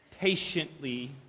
patiently